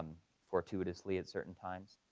fortuitously at certain times.